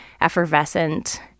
effervescent